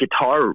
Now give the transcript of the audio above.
guitar